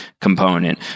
component